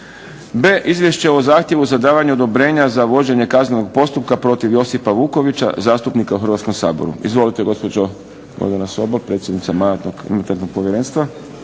B izvješće o zahtjevu za davanje odobrenje za vođenje kaznenog postupka protiv Josipa Vukovića zastupnika u Hrvatskom saboru. Izvolite gospođo Gordana Sobol predsjednice Mandatno-imunitetno povjerenstva.